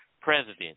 President